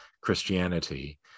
Christianity